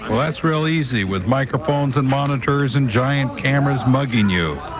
well that's real easy with microphones and monitors and giant cameras mugging you.